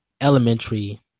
elementary